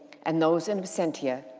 and those in absentia,